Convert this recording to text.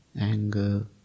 anger